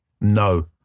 no